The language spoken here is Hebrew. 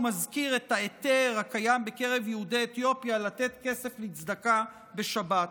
הוא מזכיר את ההיתר הקיים בקרב יהודי אתיופיה לתת כסף לצדקה בשבת.